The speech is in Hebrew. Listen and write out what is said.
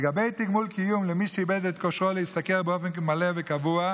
לגבי תגמול קיום למי שאיבד את כושרו להשתכר באופן מלא וקבוע,